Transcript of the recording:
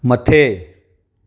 मथे